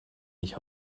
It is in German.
nicht